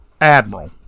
admiral